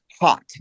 hot